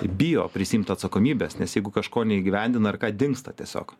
bijo prisiimti atsakomybės nes jeigu kažko neįgyvendina ar ką dingsta tiesiog